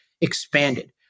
expanded